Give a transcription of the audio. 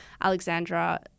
Alexandra